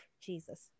Jesus